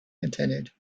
continued